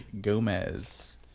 Gomez